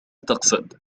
تقصد